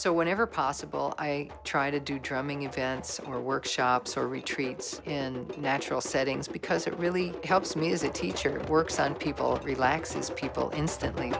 so whenever possible i try to do traveling events or workshops or retreats in natural settings because it really helps me as a teacher works on people relax it's people instantly